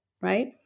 right